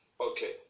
Okay